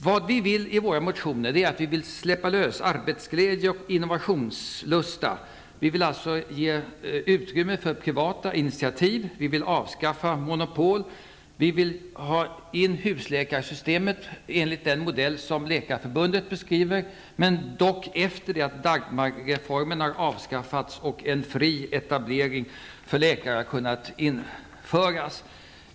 Vad vi vill i våra motioner är att släppa lös arbetsglädje och innovationslusta. Vi vill alltså skapa utrymme för privata initiativ. Vi vill avskaffa monopol. Vi vill ha husläkarsystemet enligt den modell som Läkarförbundet beskriver, dock efter det att Dagmarreformen har avskaffats och fri etablering för läkare kunnat införas.